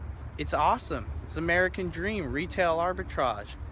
it's awesome. it's american dream retail arbitrage,